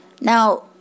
Now